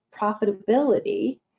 profitability